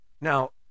now